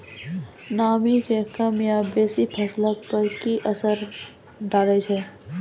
नामी के कम या बेसी फसल पर की असर डाले छै?